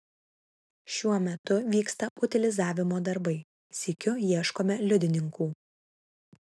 šiuo metu vyksta utilizavimo darbai sykiu ieškome liudininkų